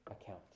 account